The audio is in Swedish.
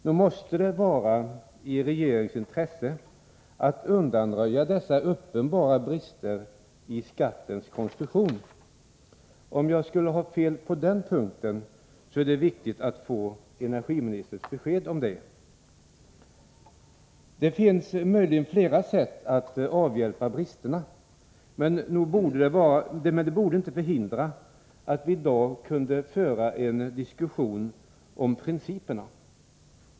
Nog måste det vara i regeringens intresse att undanröja dessa uppenbara brister i skattens konstruktion. Om jag skulle ha fel på den punkten, så är det viktigt att få energiministerns besked därom. Det finns möjligen flera sätt att avhjälpa bristerna, men det borde inte förhindra att vi i dag kunde föra en diskussion om principerna.